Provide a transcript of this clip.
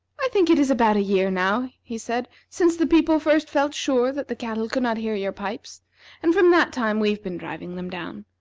i think it is about a year now, he said, since the people first felt sure that the cattle could not hear your pipes and from that time we've been driving them down.